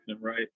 right